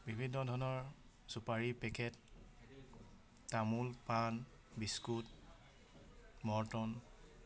বিভিন্ন ধৰণৰ চুপাৰী পেকেট তামোল পাণ বিস্কুট মৰটন